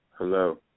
Hello